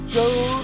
Joe